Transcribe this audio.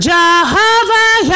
Jehovah